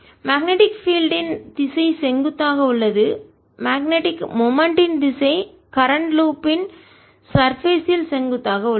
எனவே magnetic field ன் காந்தப்புலத்தின் திசை செங்குத்தாக உள்ளது மேக்னெட்டிக் மொமெண்ட் ன் திசை கரண்ட் லூப் வளையம் ன் சர்பேஸ் ல் மேற்பரப்பில் செங்குத்தாக உள்ளது